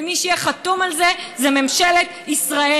ומי שיהיה חתום על זה, זה ממשלת ישראל.